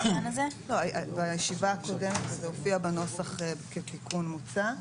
פה --- בישיבה הקודמת זה הופיע בנוסח כתיקון מוצע,